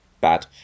bad